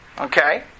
Okay